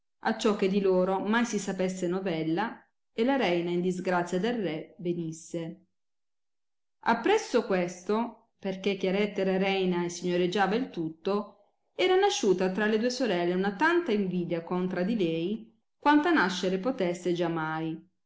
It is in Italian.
morire acciò che di loro mai si sapesse novella e la reina in disgrazia del re venisse appresso questo per che chiaretta era reina e signoreggiava il tutto era nasciuta tra le due sorelle una tanta invidia contra di lei quanta nascere potesse giamai